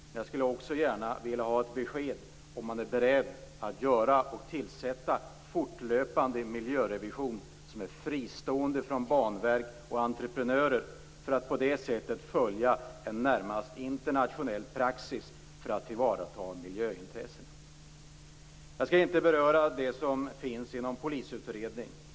Men jag skulle gärna vilja ha ett besked om ifall man är beredd att göra och tillsätta en fortlöpande miljörevision som är fristående från banverk och entreprenörer för att på det sättet följa en närmast internationell praxis för att tillvarata miljöintressena. Jag skall inte beröra den pågående polisutredningen.